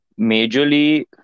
majorly